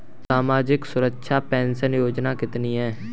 सामाजिक सुरक्षा पेंशन योजना कितनी हैं?